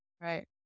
right